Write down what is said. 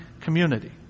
community